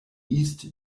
east